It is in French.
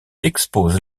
expose